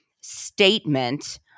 statement